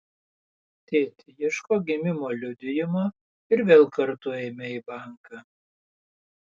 tėti ieškok gimimo liudijimo ir vėl kartu eime į banką